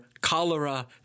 cholera